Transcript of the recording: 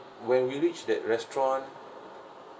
when we reached that restaurant